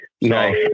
No